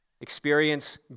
experience